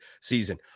season